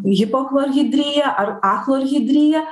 hipochlorhidrija ar achlorhidrija